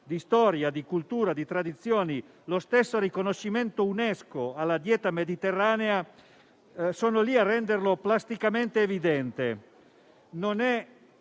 di storia, di cultura, di tradizioni, lo stesso riconoscimento UNESCO alla dieta mediterranea sono lì a renderlo plasticamente evidente. Il